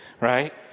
right